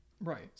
right